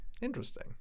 Interesting